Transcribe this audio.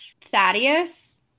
Thaddeus